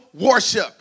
worship